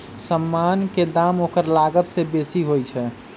समान के दाम ओकर लागत से बेशी होइ छइ